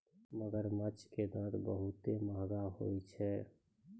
मगरमच्छ के दांत बहुते महंगा होय छै